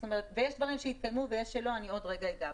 יש דברים שהתקדמו ויש שלא, אני עוד רגע אגע בהם.